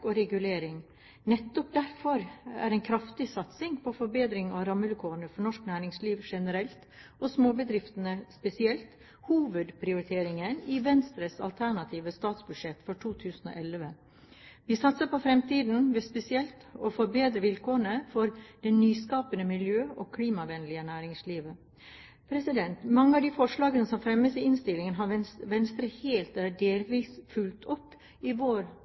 og regulering. Nettopp derfor er en kraftig satsing på forbedring av rammevilkårene for norsk næringsliv generelt og småbedriftene spesielt hovedprioriteringen i Venstres alternative statsbudsjett for 2011. Vi satser på fremtiden ved spesielt å forbedre vilkårene for det nyskapende miljø- og klimavennlige næringslivet. Mange av de forslagene som fremmes i innstillingen, har Venstre helt eller delvis fulgt opp i